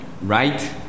right